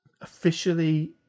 officially